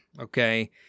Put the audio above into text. Okay